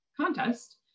contest